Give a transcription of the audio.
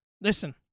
listen